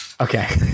Okay